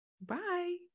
Bye